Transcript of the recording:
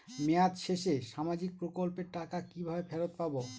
মেয়াদ শেষে সামাজিক প্রকল্পের টাকা কিভাবে ফেরত পাবো?